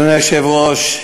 אדוני היושב-ראש,